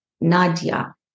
Nadia